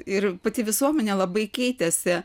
ir pati visuomenė labai keitėsi